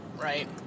right